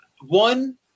one